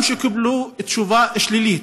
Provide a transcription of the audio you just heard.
גם כשהם קיבלו תשובה שלילית